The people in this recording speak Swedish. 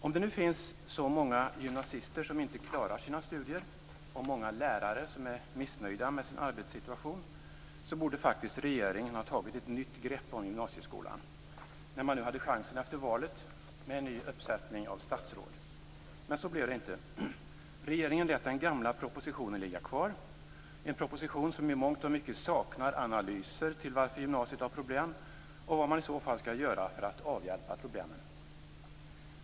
Om det nu finns så många gymnasister som inte klarar sina studier och många lärare som är missnöjda med sin arbetssituation borde regeringen faktiskt ha tagit ett nytt grepp om gymnasieskolan. Man hade ju chansen efter valet, med en ny uppsättning statsråd. Men så blev det inte. Regeringen lät den gamla propositionen ligga kvar. Det är en proposition som i mångt och mycket saknar analyser om varför gymnasiet har problem och vad man i så fall skall göra för att avhjälpa problemen.